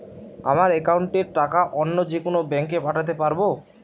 আমার একাউন্টের টাকা অন্য যেকোনো ব্যাঙ্কে পাঠাতে পারব?